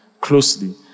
Closely